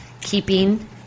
keeping